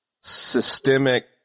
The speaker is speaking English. systemic